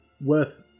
worth